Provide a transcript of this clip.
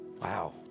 wow